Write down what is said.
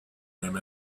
him